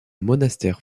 monastère